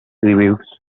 reviews